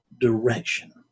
direction